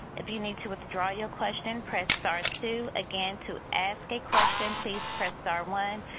if you need to withdraw your question press star two. again to ask a question please press star one.